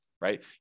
right